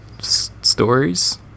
Stories